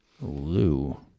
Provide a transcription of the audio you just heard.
Lou